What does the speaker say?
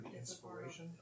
Inspiration